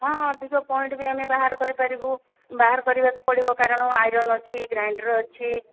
ହଁ ଅଧିକ ପଏଣ୍ଟ ବି ଆମେ ବାହାର କରି ପାରିବୁ ବାହାର କରିବାକୁ ପଡ଼ିବ କାରଣ ଆଇରନ୍ ଅଛି ଗ୍ରାଇଣ୍ଡର ଅଛି